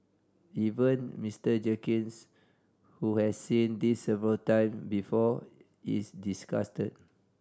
even Mister Jenkins who has seen this several time before is disgusted